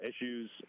issues